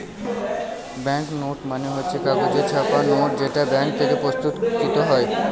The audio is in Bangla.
ব্যাঙ্ক নোট মানে হচ্ছে কাগজে ছাপা নোট যেটা ব্যাঙ্ক থেকে প্রস্তুত কৃত হয়